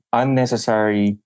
unnecessary